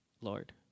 Lord